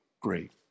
great